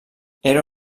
era